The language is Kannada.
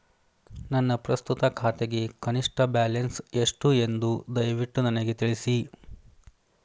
ನನ್ನ ಪ್ರಸ್ತುತ ಖಾತೆಗೆ ಕನಿಷ್ಟ ಬ್ಯಾಲೆನ್ಸ್ ಎಷ್ಟು ಎಂದು ದಯವಿಟ್ಟು ನನಗೆ ತಿಳಿಸಿ